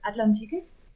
atlanticus